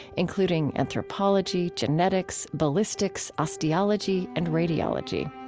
including anthropology, genetics, ballistics osteology, and radiology.